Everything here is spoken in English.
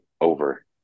over